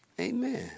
Amen